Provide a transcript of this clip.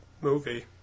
movie